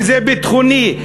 אם ביטחוני,